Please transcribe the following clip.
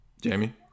Jamie